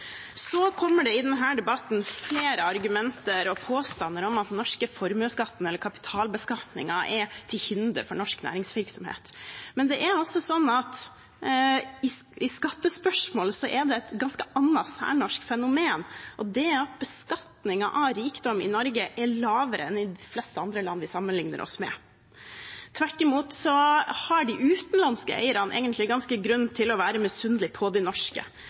Så kommer det i denne debatten flere argumenter og påstander om at den norske formuesskatten eller kapitalbeskatningen er til hinder for norsk næringsvirksomhet. Men i skattespørsmål er det et annet ganske særnorsk fenomen, og det er at beskatningen av rikdom i Norge er lavere enn i de fleste andre land vi sammenligner oss med. Tvert imot har de utenlandske eierne egentlig ganske god grunn til å være misunnelige på de norske.